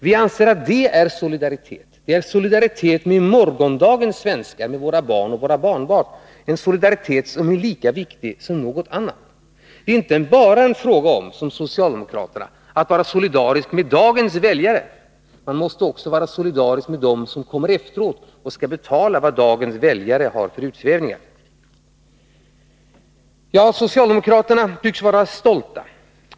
Vi menar att det är solidaritet — med morgondagens svenskar, med våra barn och barnbarn. Det är en solidaritet som är lika viktig som någon annan. Det är inte, som för socialdemokraterna, bara en fråga om att vara solidarisk med dagens väljare. Man måste också vara solidarisk med dem som kommer efteråt och som skall betala dagens väljares utsvävningar. Socialdemokraterna tycks vara stolta.